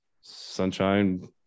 sunshine